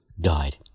died